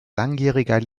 langjähriger